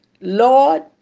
lord